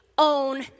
own